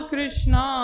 Krishna